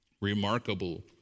remarkable